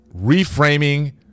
reframing